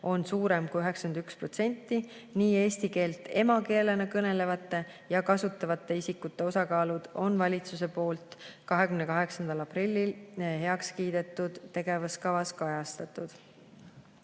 on kõrgem kui 91%. Eesti keelt emakeelena kõnelevate ja kasutavate isikute osakaalud on valitsuse poolt 28. aprillil heaks kiidetud tegevuskavas kajastatud.